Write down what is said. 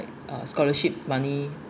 uh scholarship money